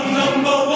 number